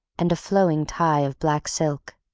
and a flowing tie of black silk.